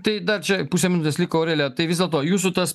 tai dar čia pusė minutės liko aurelija tai vis dėlto jūsų tas